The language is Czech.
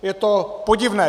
Je to podivné.